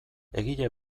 egile